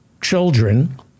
children